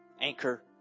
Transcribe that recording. anchor